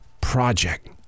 project